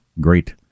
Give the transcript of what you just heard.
great